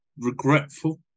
regretful